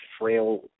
frail